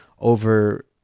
over